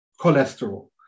cholesterol